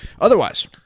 Otherwise